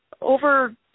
over